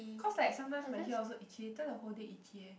cause like sometimes my here also itchy later the whole day itchy eh